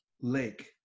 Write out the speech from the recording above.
lake